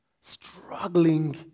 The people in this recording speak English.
struggling